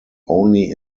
only